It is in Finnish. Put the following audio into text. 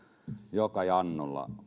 joka jannulla